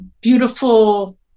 beautiful